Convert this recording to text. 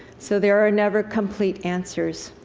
so, there are never complete answers.